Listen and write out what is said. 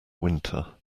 winter